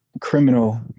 criminal